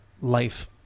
life